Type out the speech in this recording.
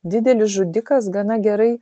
didelis žudikas gana gerai